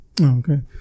Okay